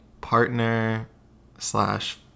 partner/slash